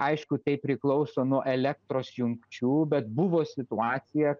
aišku tai priklauso nuo elektros jungčių bet buvo situacija